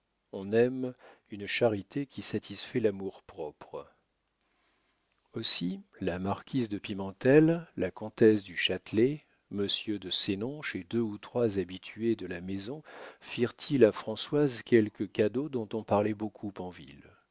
on aime une charité qui satisfait l'amour-propre aussi la marquise de pimentel la comtesse du châtelet monsieur de sénonches et deux ou trois habitués de la maison firent-ils à françoise quelques cadeaux dont on parlait beaucoup en ville